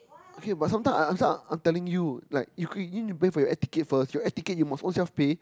okay but sometimes I answer I I'm telling you like you you need pay for your air ticket first your air ticket you must own self pay